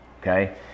Okay